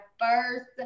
first